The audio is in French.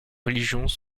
religions